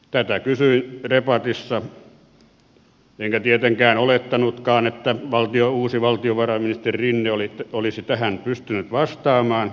tätä kysyin debatissa enkä tietenkään olettanutkaan että uusi valtiovarainministeri rinne olisi tähän pystynyt vastaamaan